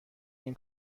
این